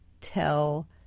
tell